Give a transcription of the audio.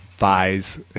Thighs